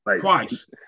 twice